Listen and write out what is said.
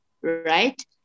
right